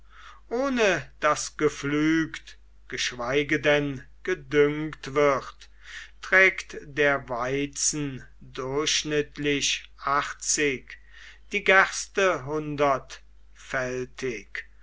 ohne daß gepflügt geschweige denn gedüngt wird trägt der weizen durchschnittlich achtzig die gerste